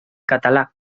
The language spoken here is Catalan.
català